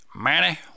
Manny